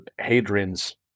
Hadrian's